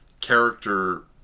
character